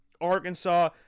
Arkansas